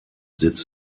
sitz